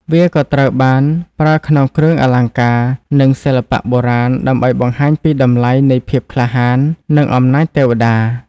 វាក៏ត្រូវបានប្រើក្នុងគ្រឿងអលង្ការ និងសិល្បៈបុរាណ ដើម្បីបង្ហាញពីតម្លៃនៃភាពក្លាហាន និងអំណាចទេវតា។